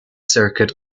circuit